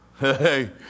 Hey